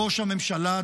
ראש הממשלה,